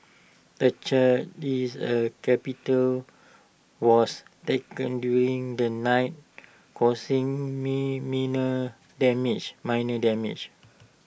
the church is A capital was during the night causing damage minor damage